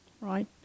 right